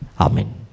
Amen